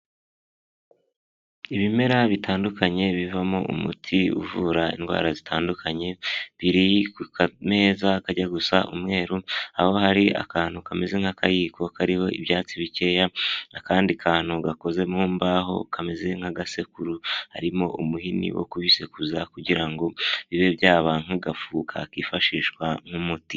Ibimera bitandukanye bivamo umuti uvura indwara zitandukanye, biri ku kameza kajya gusa umweru, aho hari akantu kameze nk'akayiko kariho ibyatsi bikeya n'akandi kantu gakoze mu mbaho kameze nk'agasekuru, harimo umuhini wo kubisekuza kugira ngo bibe byaba nk'agafu kakifashishwa nk'umuti.